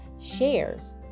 shares